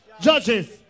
judges